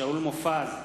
שאול מופז,